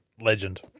Legend